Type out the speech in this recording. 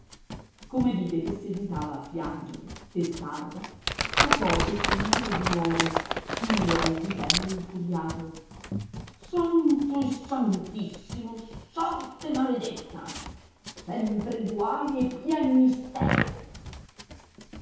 come vide che seguitava a piangere testarda scappò a bestemmiare di nuovo simile a un vitello infuriato santo e santissimo sorte maledetta sempre guai e piagnistei